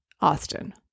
Austin